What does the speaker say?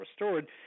restored